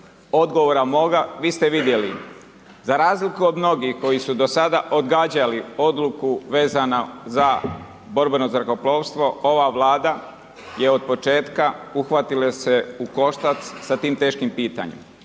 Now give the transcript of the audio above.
odgovora moga, vi ste vidjeli. Za razliku od mnogih koji su do sada odgađali odluku vezanu za borbeno zrakoplovstvo, ova vlada je od početka, uhvatila se je u koštac sa tim teškim pitanjima.